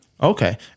Okay